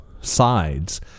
sides